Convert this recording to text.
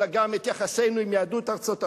אלא גם את יחסינו עם יהדות ארצות-הברית,